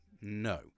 no